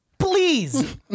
Please